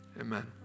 Amen